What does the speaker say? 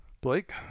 Blake